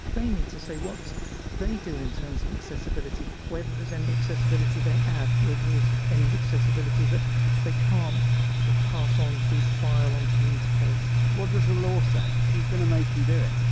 they need to say what they do in terms of accessibility, whether there's any accessibility they add whether there's any accessibility that they can't sort of pass on through the file onto the interface what does the law say who's going to make them do it?